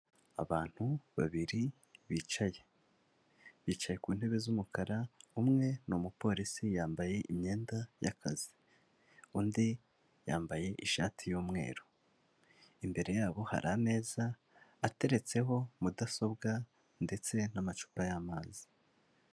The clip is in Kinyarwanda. Abantu babiri bicaye. Bicaye ku ntebe z'umukara umwe ni umupolisi yambaye imyenda y'akazi. Undi yambaye ishati y'umweru. Imbere yabo hari ameza ateretseho mudasobwa ndetse n'amacupa y'amazi.